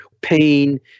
pain